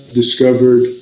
discovered